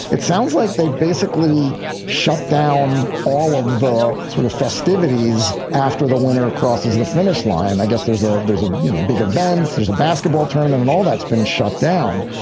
it sounds like they've basically shut down all of the sort of festivities after the winter crosses the finish line. i guess there's a there's a big event. there's a basketball tournament and all that's been shut down,